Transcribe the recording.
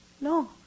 No